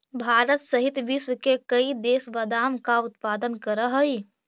भारत सहित विश्व के कई देश बादाम का उत्पादन करअ हई